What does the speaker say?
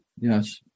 Yes